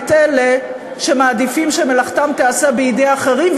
את אלה שמעדיפים שמלאכתם תיעשה בידי אחרים,